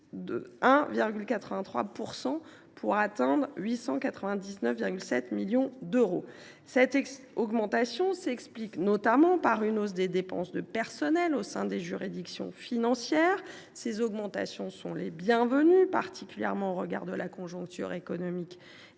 1,83 %, pour atteindre 899,7 millions d’euros. Cette augmentation s’explique notamment par une hausse des dépenses de personnel au sein des juridictions financières. Elle est la bienvenue, particulièrement au regard de la conjoncture économique et